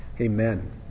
Amen